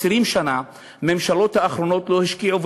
20 שנה הממשלות האחרונות לא השקיעו,